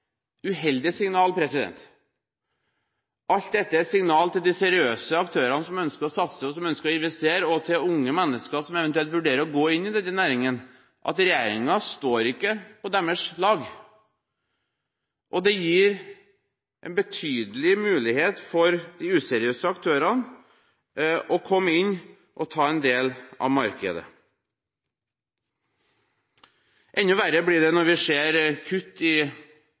Alt dette er signaler til de seriøse aktørene som ønsker å satse, og som ønsker å investere, og til unge mennesker som eventuelt vurderer å gå inn i denne næringen, om at regjeringen ikke er på deres lag. Det gir en betydelig mulighet for de useriøse aktørene til å komme inn og ta en del av markedet. Enda verre blir det når vi ser kutt i